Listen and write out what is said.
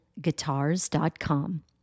guitars.com